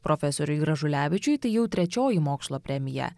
profesoriui gražulevičiui tai jau trečioji mokslo premija